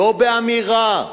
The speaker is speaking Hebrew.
לא באמירה,